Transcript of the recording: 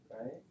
right